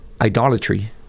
idolatry